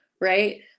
right